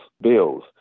bills